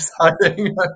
exciting